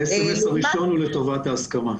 האס.אמ.אס הראשון הוא לטובת ההסכמה.